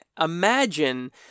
imagine